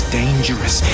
dangerous